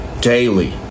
daily